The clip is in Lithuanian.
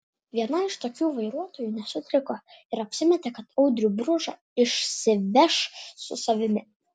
viena iš tokių vairuotojų nesutriko ir apsimetė kad audrių bružą išsiveš su savimi